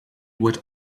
would